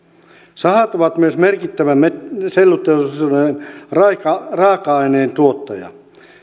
sahat ovat myös merkittävä selluteollisuuden raaka raaka aineen tuottaja